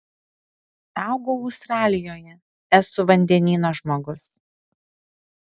augau australijoje esu vandenyno žmogus